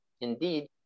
indeed